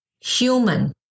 Human